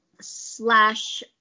slash